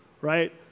right